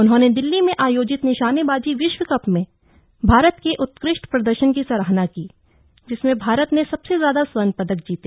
उन्होंने दिल्ली में आयोजित निशानेबाजी विश्वकप में भारत के उत्कृष्ट प्रदर्शन की सराहना की जिसमें भारत ने सबसे ज्यादा स्वर्ण पदक जीते